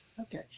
Okay